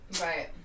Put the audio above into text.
Right